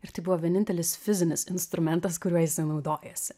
ir tai buvo vienintelis fizinis instrumentas kuriuo jisai naudojasi